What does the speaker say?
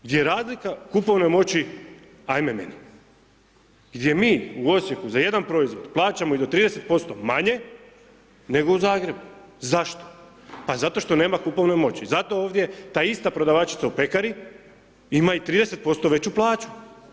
Gdje je razlika kupovne moći ajme meni, gdje mi u Osijeku za jedan proizvod plaćamo i do 30% manje, nego u Zagrebu, zašto, pa zato što nema kupovne moći, zato ovdje ta ista prodavačica u pekari ima i 30% veću plaću.